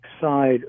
side